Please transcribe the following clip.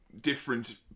different